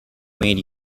made